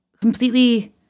completely